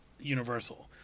Universal